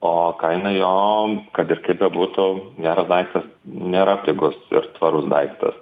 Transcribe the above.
o kaina jo kad ir kaip bebūtų geras daiktas nėra pigus ir tvarus daiktas